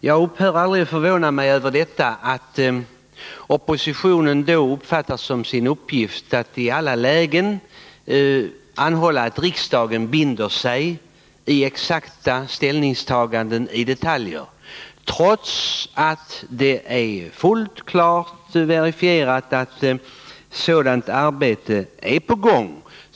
Jag upphör aldrig att förvåna mig över att oppositionen fattat det som sin uppgift att i alla lägen anhålla att riksdagen binder sig i exakta ställningstaganden i detaljer, trots att det är fullt klart verifierat att ett arbete i berörda frågor är på gång.